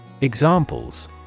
Examples